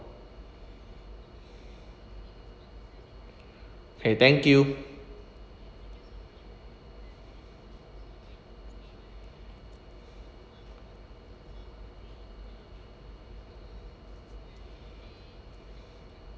okay thank you